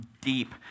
deep